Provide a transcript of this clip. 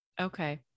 Okay